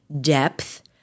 depth